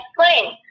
explain